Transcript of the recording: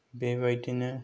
बेबायदिनो